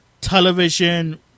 television